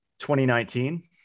2019